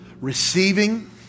Receiving